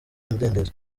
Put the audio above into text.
umudendezo